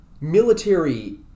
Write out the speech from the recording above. military